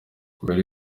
mbere